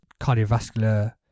cardiovascular